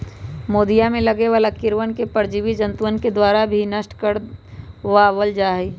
मोदीया में लगे वाला कीड़वन के परजीवी जंतुअन के द्वारा भी नष्ट करवा वल जाहई